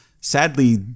Sadly